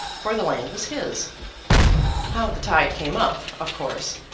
for the land was his how the tide came up, of course,